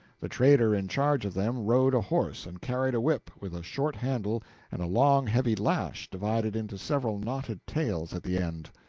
the trader in charge of them rode a horse and carried a whip with a short handle and a long heavy lash divided into several knotted tails at the end.